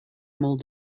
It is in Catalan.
molt